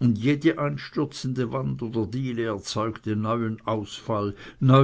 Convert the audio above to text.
und jede einstürzende wand oder diele erzeugte neuen ausfall